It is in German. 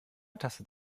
tastet